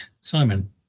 Simon